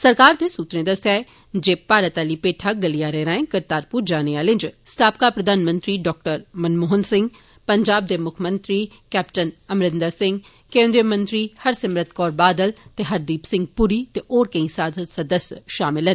सरकार दे सूत्रै दस्सेया ऐ जे भारत आली पैठा गलियारें रांए करतारप्र जाने आले इच साबका प्रधानमंत्री डाक्टर मनमोहन सिंह पंजाब दे मुक्खमंत्री कैप्टन अरमिन्दर सिंह केन्द्रीय मंत्री हरसीमरत कोर ते बादल ते हरदीप सिंह पुरी ते होर केंड्र सांसद सदस्य शा मल न